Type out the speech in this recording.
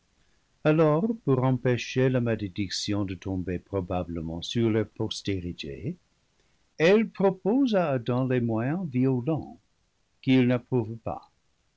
alors pour empêcher la malédiction de tomber probablement sur leur postérité elle propose à adam des moyens violents qu'il n'approuve pas